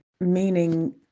meaning